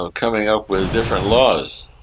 ah coming up with different laws.